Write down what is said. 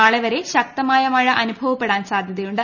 നാളെ വരെ ശക്തമായ മഴ അനുഭവപ്പെടാൻ സാധ്യതയുണ്ട്